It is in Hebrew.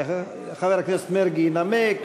להלן התוצאות: 46 בעד, מתנגד אחד, אין נמנעים.